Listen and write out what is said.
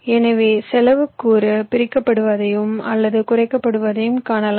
எனவே செலவுக் கூறு பிரிக்கபடுவதையும் அல்லது குறைக்கப்படுவதையும் காணலாம்